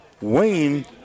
Wayne